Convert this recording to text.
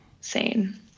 sane